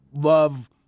love